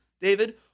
David